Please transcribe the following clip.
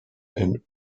and